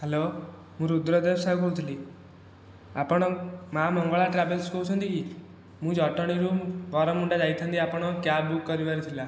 hello ମୁଁ ରୁଦ୍ରଦେବ ସାହୁ କହୁଥିଲି ଆପଣ ମା' ମଙ୍ଗଳା ଟ୍ରାଭେଲସ କହୁଛନ୍ତି କି ମୁ ଜଟଣୀରୁ ବରମୁଣ୍ଡା ଯାଇଥାନ୍ତି ଆପଣ କ୍ୟାବ ବୁକ କରିବାର ଥିଲା